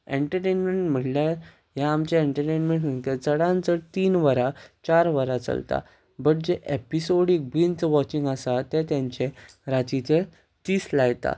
entertainment म्हळ्यार हे आमचे एंटरटेनमेंट चडान चड तीन वरां चार वरां चलता बट जे एपिसोडीक बीन वॉचींग आसा तांचे रातीचेर तीस लायता